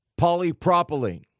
polypropylene